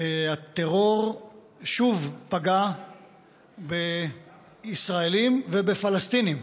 הטרור שוב פגע בישראלים ובפלסטינים.